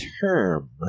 term